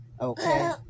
Okay